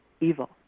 evil